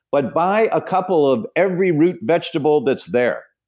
but buy a couple of every root vegetable that's there,